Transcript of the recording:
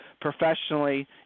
professionally